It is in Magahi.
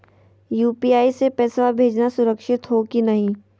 यू.पी.आई स पैसवा भेजना सुरक्षित हो की नाहीं?